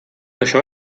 això